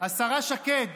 השרה שקד,